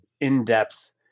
in-depth